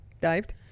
Dived